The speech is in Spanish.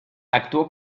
actuó